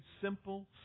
simple